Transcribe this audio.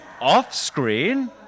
off-screen